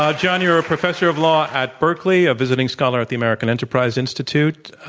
um john, you're a professor of law at berkeley, a visiting scholar at the american enterprise institute.